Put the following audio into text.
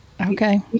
Okay